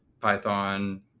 Python